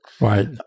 Right